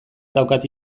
daukat